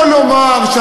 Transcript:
הוא לא יכול לומר,